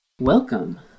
Welcome